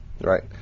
Right